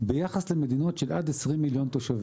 ביחס למדינות של עד 20 מיליון תושבים.